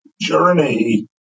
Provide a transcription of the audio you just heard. journey